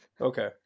Okay